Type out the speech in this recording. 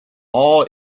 all